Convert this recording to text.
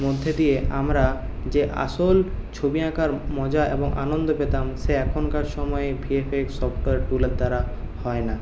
মধ্যে দিয়ে আমরা যে আসল ছবি আঁকার মজা এবং আনন্দ পেতাম সে এখনকার সময়ে ভিএফএক্স সফটওয়্যারগুলোর দ্বারা হয় না